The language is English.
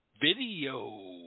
video